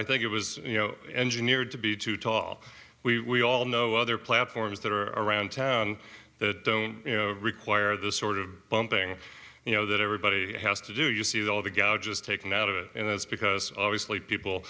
i think it was you know engineered to be too tall we all know other platforms that are around town that don't you know require the sort of bumping you know that everybody has to do you see all of the god just taken out of it and it's because obviously people